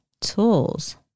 tools